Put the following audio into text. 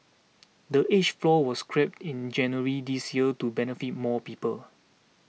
the age floor was scrapped in January this year to benefit more people